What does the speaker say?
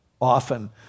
often